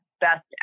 best